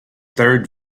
third